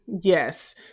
Yes